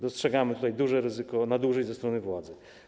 Dostrzegamy tutaj duże ryzyko nadużyć ze strony władzy.